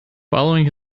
following